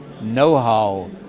know-how